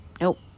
nope